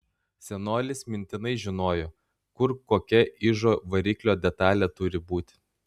senolis mintinai žinojo kur kokia ižo variklio detalė turi būti